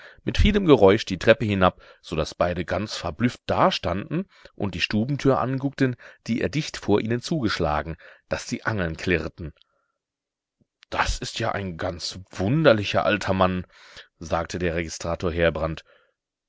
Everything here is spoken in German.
mit vielem geräusch die treppe hinab so daß beide ganz verblüfft dastanden und die stubentür anguckten die er dicht vor ihnen zugeschlagen daß die angeln klirrten das ist ja ein ganz wunderlicher alter mann sagte der registrator heerbrand